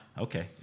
Okay